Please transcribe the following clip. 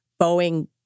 Boeing